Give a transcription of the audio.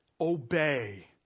obey